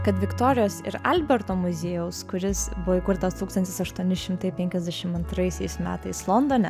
kad viktorijos ir alberto muziejaus kuris buvo įkurtas tūkstantis aštuoni šimtai penkiasdešim antraisiais metais londone